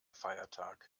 feiertag